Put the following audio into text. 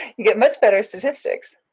you get much better statistics.